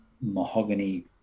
mahogany